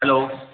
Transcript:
hello